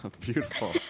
Beautiful